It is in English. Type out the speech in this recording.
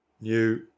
New